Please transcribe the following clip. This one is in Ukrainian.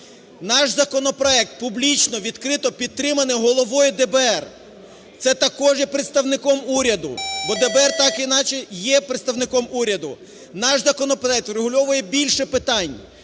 Наш законопроект публічно відкрито підтриманий головою ДБР, це також є представником уряду. Бо ДБР так чи інакше є представником уряду. Наш законопроект врегульовує більше питань.